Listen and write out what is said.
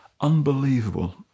unbelievable